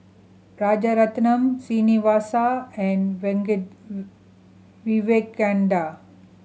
Rajaratnam Srinivasa and Vivekananda